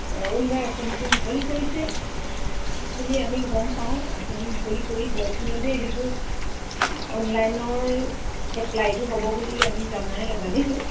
অৰুণোদয় আঁচনিটো মুকলি কৰিছে বুলি আমি গম পাওঁ আঁচনি মুকলি কৰিব ইতিমধ্যে সেইবোৰ অনলাইনৰ এপ্লাইটো হ'ব বুলি আমি জনাই জানিছো